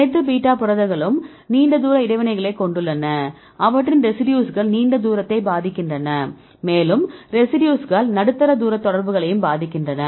அனைத்து பீட்டா புரதங்களும் நீண்ட தூர இடைவினைகளைக் கொண்டுள்ளன அவற்றின் ரெசிடியூஸ்கள் நீண்ட தூரத்தை பாதிக்கின்றன மேலும் ரெசிடியூஸ்கள் நடுத்தர தூர தொடர்புகளையும் பாதிக்கின்றன